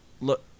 Look